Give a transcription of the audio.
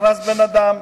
נכנס בן-אדם.